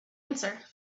answer